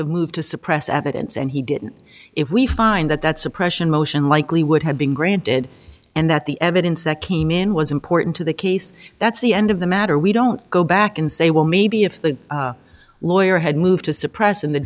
have moved to suppress evidence and he didn't if we find that that suppression motion likely would have been granted and that the evidence that came in was important to the case that's the end of the matter we don't go back and say well maybe if the lawyer had moved to suppress in the